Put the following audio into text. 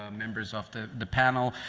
ah members of the the panel,